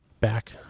back